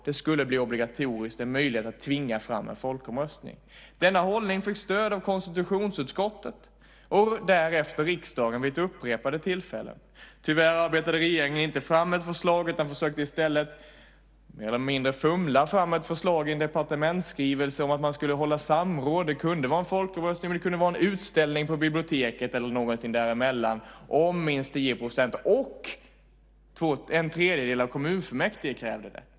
Det skulle bli obligatoriskt, och man skulle få en möjlighet att tvinga fram en folkomröstning. Denna hållning fick stöd av konstitutionsutskottet och därefter av riksdagen vid upprepade tillfällen. Tyvärr arbetade regeringen inte fram ett förslag utan försökte i stället mer eller mindre fumla fram ett förslag i en departementsskrivelse om att man skulle hålla samråd. Det kunde vara en folkomröstning, men det kunde också vara en utställning på biblioteket eller någonting däremellan om minst 10 % och en tredjedel av kommunfullmäktige krävde det.